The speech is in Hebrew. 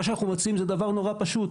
מה שאנחנו מציעים זה דבר נורא פשוט: